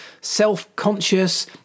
self-conscious